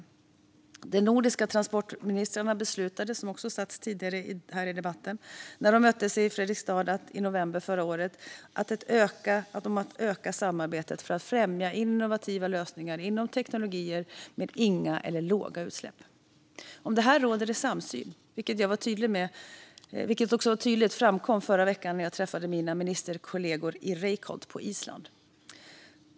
När de nordiska transportministrarna möttes i Fredrikstad i november förra året beslutade de att öka samarbetet för att främja innovativa lösningar inom teknologier med inga eller låga utsläpp. Om detta råder samsyn, vilket tydligt framkom då jag i förra veckan träffade mina ministerkollegor i Reykholt på Island.